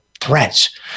threats